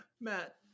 Matt